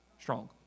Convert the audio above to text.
Strong